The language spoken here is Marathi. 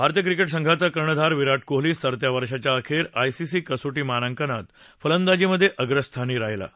भारतीय क्रिकेट संघाचा कर्णधार विराट कोहली सरत्या वर्षाच्या अखेर आयसीसी कसोटी मानांकनात फलंदाजीमधे अग्रस्थानी राहिला आहे